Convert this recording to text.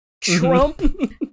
Trump